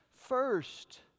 first